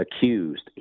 accused